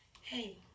Hey